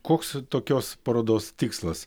koks tokios parodos tikslas